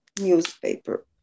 newspaper